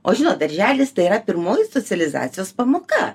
o žinot darželis tai yra pirmoji socializacijos pamoka